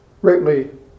greatly